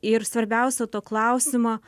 ir svarbiausia to klausimo